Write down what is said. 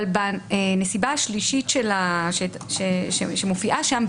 אבל בנסיבה השלישית שמופיעה שם,